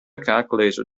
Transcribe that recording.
calculator